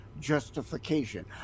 justification